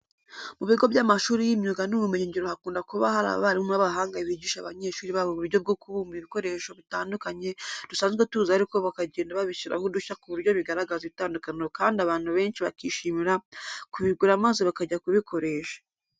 Mu bigo by'amashuri y'imyuga n'ubumenyingiro hakunda kuba hari abarimu b'abahanga bigisha abanyeshuri babo uburyo bwo kubumba ibikoresho bitandukanye dusanzwe tuzi ariko bakagenda babishyiraho udushya ku buryo bigaragaza itandukaniro kandi abantu benshi bakishimira kubigura maze bakajya kubikoresha.